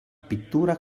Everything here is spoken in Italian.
pittura